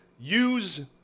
Use